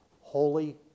holy